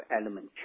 element